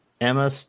Emma